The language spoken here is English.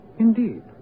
Indeed